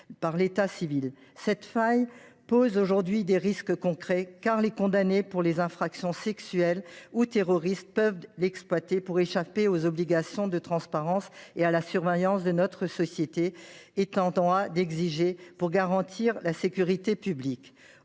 Cette faille pose aujourd’hui des risques concrets, car les condamnés pour des infractions sexuelles ou terroristes peuvent l’exploiter pour échapper aux obligations de transparence et à la surveillance que notre société est en droit d’exiger pour garantir la sécurité publique.